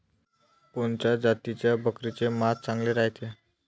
कोनच्या जातीच्या बकरीचे मांस चांगले रायते?